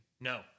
No